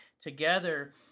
together